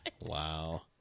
Wow